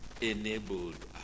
enabled